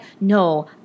no